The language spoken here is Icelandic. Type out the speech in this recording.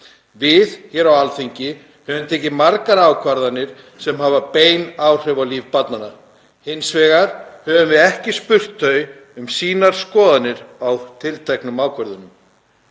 Við hér á Alþingi höfum tekið margar ákvarðanir sem hafa bein áhrif á líf barnanna. Hins vegar höfum við ekki spurt þau um sínar skoðanir á tilteknum ákvörðunum.